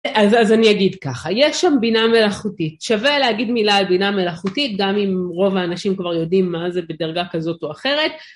אז אני אגיד ככה, יש שם בינה מלאכותית, שווה להגיד מילה על בינה מלאכותית גם אם רוב האנשים כבר יודעים מה זה בדרגה כזאת או אחרת.